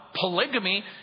polygamy